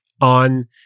on